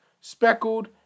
speckled